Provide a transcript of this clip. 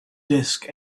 desk